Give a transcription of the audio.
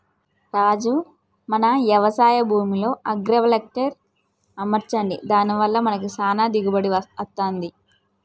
రాజు మన యవశాయ భూమిలో అగ్రైవల్టెక్ అమర్చండి దాని వల్ల మనకి చానా దిగుబడి అత్తంది